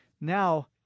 now